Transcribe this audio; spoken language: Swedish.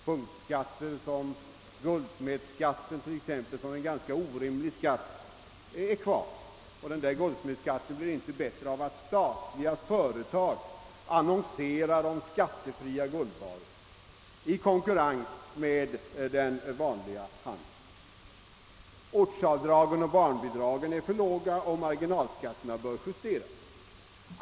Punktskatter som guldsmedsskatten, vilken är ganska orimlig, är kvar, och den blir inte bättre för att statliga företag annonserar om skattefria guldvaror i konkurrens med den vanliga handeln. Ortsavdragen och barnbidragen är för låga, och marginalskatterna bör justeras.